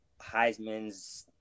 Heismans